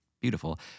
beautiful